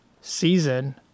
season